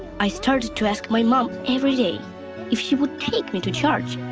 i started to ask my mom every day if she would take me to church.